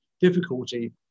difficulty